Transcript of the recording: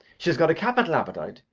she has got a capital appetite,